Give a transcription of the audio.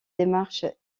démarche